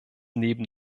neben